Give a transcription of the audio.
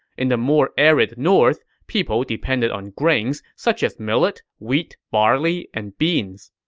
in the more arid north, people depended on grains such as millet, wheat, barley, and beans.